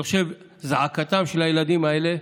אני חושב שזעקתם של הילדים האלה,